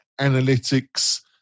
analytics